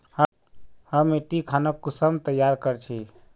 हम मिट्टी खानोक कुंसम तैयार कर छी?